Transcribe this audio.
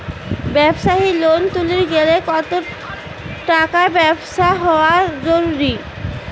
ব্যবসায়িক লোন তুলির গেলে কতো টাকার ব্যবসা হওয়া জরুরি?